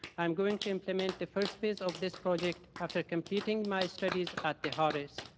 i am going to implement the first piece of this project after completing my studies at the harris.